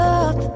up